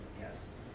yes